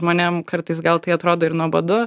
žmonėm kartais gal tai atrodo ir nuobodu